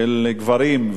של גברים,